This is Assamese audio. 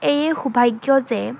এই সৌভাগ্য যে